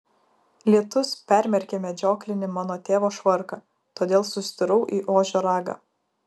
lietus permerkė medžioklinį mano tėvo švarką todėl sustirau į ožio ragą